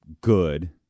good